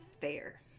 fair